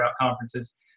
conferences